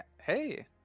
hey